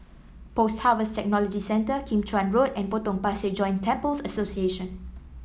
Post Harvest Technology Centre Kim Chuan Road and Potong Pasir Joint Temples Association